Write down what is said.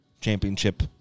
championship